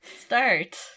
Start